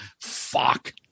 fuck